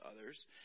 others